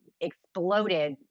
exploded